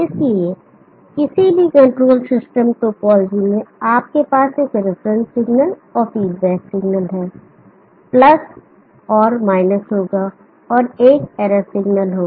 इसलिए किसी भी कंट्रोल सिस्टम टोपोलॉजी में आपके पास एक रिफरेन्स सिग्नल और फीडबैक सिग्नल है और होगा और एक एरर सिग्नल होगा